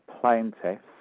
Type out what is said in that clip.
plaintiffs